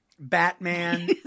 Batman